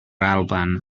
alban